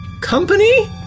company